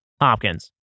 Hopkins